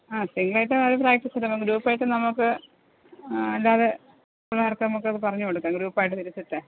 ആ single item അവർ practice ചെയ്തോട്ടെ ഗ്രൂപ്പ് ഐറ്റം നമുക്ക് അല്ലാതെ പിള്ളേർക്ക് നമുക്ക് അത് പറഞ്ഞുകൊടുക്കാം ഗ്രൂപ്പ് ആയിട്ട് തിരിച്ചിട്ടെ